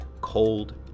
cold